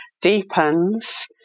deepens